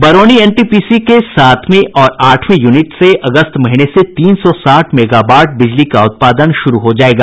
Barauni NTPC के सातवें और आठवें यूनिट से अगस्त महीने से तीन सौ साठ मेगावाट बिजली का उत्पादन शुरू हो जायेगा